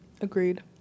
Agreed